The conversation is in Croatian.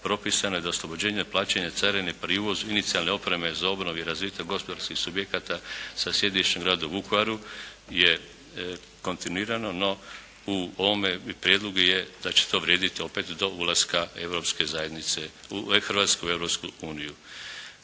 propisano je da oslobođenje od plaćanja carine pri uvozu inicijalne opreme za obnovu i razvitak gospodarskih subjekata sa sjedištem u gradu Vukovaru je kontinuirano no u ovome prijedlogu je da će to vrijediti opet do ulaska Europske